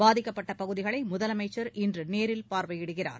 பாதிக்கப்பட்ட பகுதிகளை முதலமைச்சர் இன்று நேரில் பார்வையிடுகிறார்